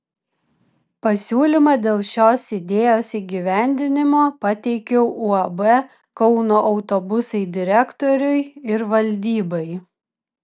pasiūlymą dėl šios idėjos įgyvendinimo pateikiau uab kauno autobusai direktoriui ir valdybai